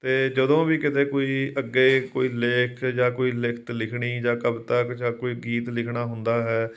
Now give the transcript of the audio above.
ਅਤੇ ਜਦੋਂ ਵੀ ਕਿਤੇ ਕੋਈ ਅੱਗੇ ਕੋਈ ਲੇਖ ਜਾਂ ਕੋਈ ਲਿਖਤ ਲਿਖਣੀ ਜਾਂ ਕਵਿਤਾ ਜਾਂ ਕੋਈ ਗੀਤ ਲਿਖਣਾ ਹੁੰਦਾ ਹੈ